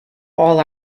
all